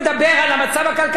מדברים על תלמידי הישיבות.